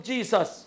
Jesus